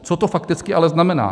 Co to fakticky ale znamená?